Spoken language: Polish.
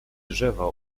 drzewa